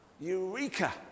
Eureka